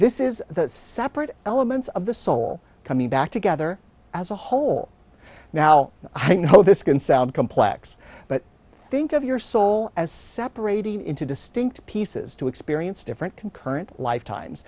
this is the separate elements of the soul coming back together as a whole now i know this can sound complex but think of your soul as separate into distinct pieces to experience different concurrent lifetimes